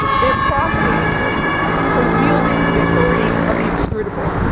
they are profiting for wielding the authority of the inscrutable.